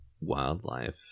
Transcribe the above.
wildlife